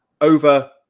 over